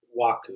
Waku